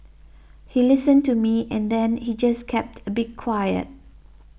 he listened to me and then he just kept a bit quiet